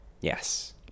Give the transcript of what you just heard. Yes